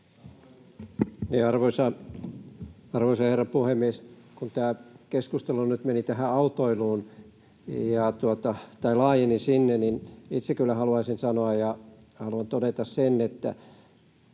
Arvoisa herra puhemies! Kun tämä keskustelu nyt laajeni autoiluun, niin itse kyllä haluaisin sanoa ja haluan todeta sen, että